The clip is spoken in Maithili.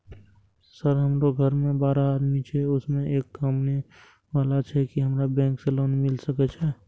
सर हमरो घर में बारह आदमी छे उसमें एक कमाने वाला छे की हमरा बैंक से लोन मिल सके छे?